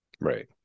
right